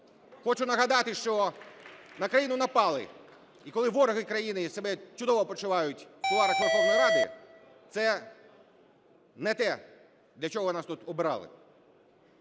Хочу нагадати, що на країну напали, і коли вороги країни себе чудово почувають в кулуарах Верховної Ради, це не те, для чого нас тут обирали.